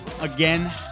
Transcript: again